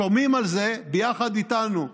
שומעים על זה ביחד איתנו,